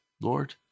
Lord